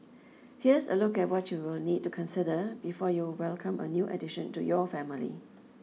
here's a look at what you will need to consider before you welcome a new addition to your family